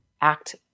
act